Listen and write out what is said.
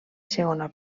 segona